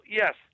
yes